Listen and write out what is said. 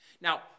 Now